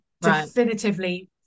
definitively